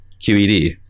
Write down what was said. QED